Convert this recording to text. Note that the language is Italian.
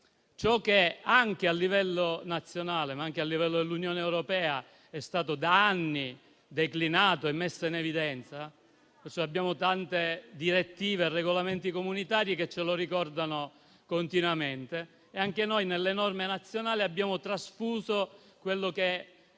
ulteriormente. A livello nazionale, ma anche a livello di Unione europea, questo è stato da anni declinato e messo in evidenza. Ci sono tante direttive e regolamenti comunitari che ce lo ricordano continuamente e anche nelle norme nazionali abbiamo trasfuso quello che è